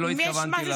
ולא התכוונתי לזה.